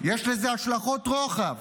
יש לזה השלכות רוחב.